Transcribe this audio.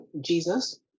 Jesus